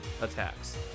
attacks